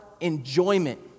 enjoyment